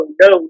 no